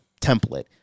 template